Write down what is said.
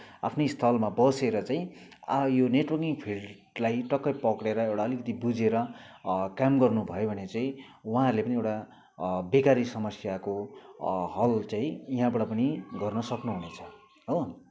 आफ्नै स्थलमा बसेर चाहिँ आ यो नेटवर्किङ फिल्डलाई टक्कै पक्रेर एउटा अलिकति बुझेर काम गर्नुभयो भने चाहिँ उहाँहरूले पनि एउटा बेकारी समस्याको हल चाहिँ यहाँबाट पनि गर्न सक्नुहुनेछ हो